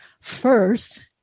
first